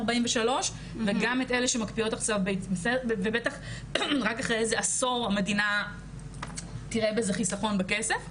43-42 ובטח רק אחרי עשור המדינה תראה את החיסכון בכסף,